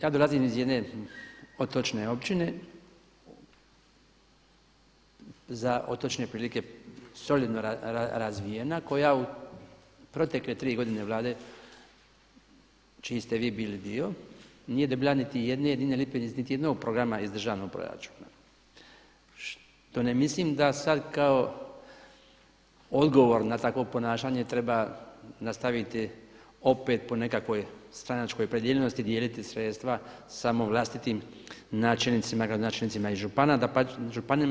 Ja dolazim iz jedne otočne općine za otočne prilike solidno razvijena koja u protekle tri godine Vlade čiji ste vi bili dio nije dobila niti jedne jedince lipe, niti iz jednog programa iz državnog proračuna što ne mislim da sad kao odgovor na takvo ponašanje treba nastaviti opet po nekakvoj stranačkoj opredijeljenosti, dijeliti sredstva samo vlastitim načelnicima, gradonačelnicima i župana, županijama.